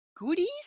goodies